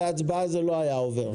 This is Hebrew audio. בהצבעה זה לא היה עובר.